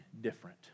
different